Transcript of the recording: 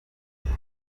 vous